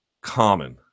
common